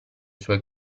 suoi